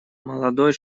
молодой